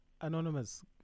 Anonymous